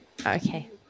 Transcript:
Okay